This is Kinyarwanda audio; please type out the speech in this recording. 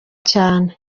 cyane